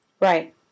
Right